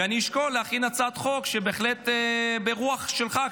ואני בהחלט אשקול להכין הצעת חוק ברוח שלך,